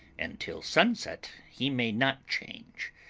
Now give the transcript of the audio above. and till sunset he may not change.